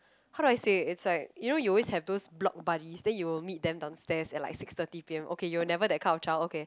how do I say it's like you know you always have those block buddies then you'll meet them downstairs at like six thirty p_m okay you're never that kind of child okay